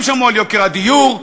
הם שמעו על יוקר הדיור?